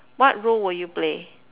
what role will you play